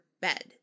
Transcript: bed